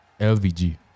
LVG